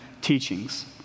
teachings